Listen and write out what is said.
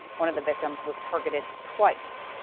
one of the victims was targeted twice.